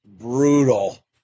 brutal